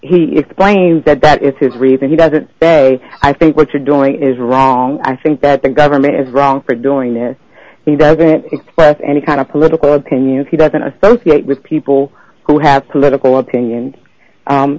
he explains that that is his reason he doesn't say i think what you're doing is wrong i think that the government is wrong for doing this he doesn't express any kind of political opinions he doesn't associate with people who have political opinion